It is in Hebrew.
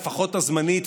לפחות הזמנית,